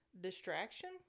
distraction